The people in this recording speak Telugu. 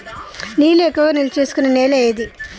నీళ్లు ఎక్కువగా నిల్వ చేసుకునే నేల ఏది?